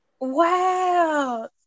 Wow